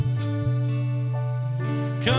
come